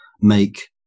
make